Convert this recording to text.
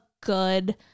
good